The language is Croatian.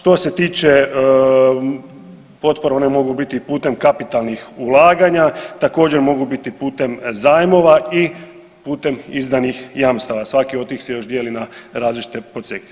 Što se tiče potpora one mogu biti putem kapitalnih ulaganja, također mogu biti putem zajmova i putem izdanih jamstava, svaki od tih se još dijeli na različite podsekcije.